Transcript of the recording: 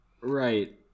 Right